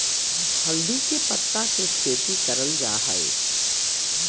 हल्दी के पत्ता के खेती करल जा हई